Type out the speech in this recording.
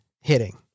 hitting